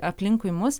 aplinkui mus